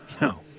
No